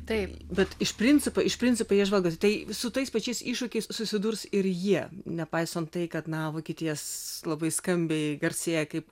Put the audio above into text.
taip bet iš principo iš principo jie žvalgosi tai su tais pačiais iššūkiais susidurs ir jie nepaisant tai kad na vokietija labai skambiai garsėja kaip